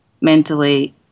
mentally